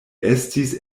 estis